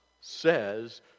says